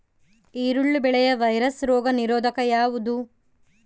ಈರುಳ್ಳಿ ಬೆಳೆಯ ವೈರಸ್ ರೋಗ ನಿರೋಧಕ ಯಾವುದು?